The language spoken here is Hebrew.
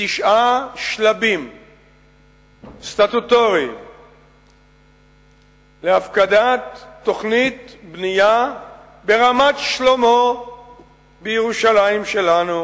מתשעה שלבים סטטוטוריים להפקדת תוכנית בנייה ברמת-שלמה בירושלים שלנו,